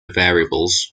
variables